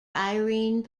irene